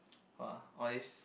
!woah! all this